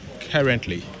currently